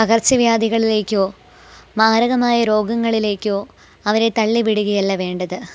പകർച്ചവ്യാധികളിലേക്കോ മാരകമായ രോഗങ്ങളിലേക്കോ അവരെ തള്ളിവിട്കയല്ല വേണ്ടത്